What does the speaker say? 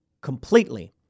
completely